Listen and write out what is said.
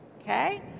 Okay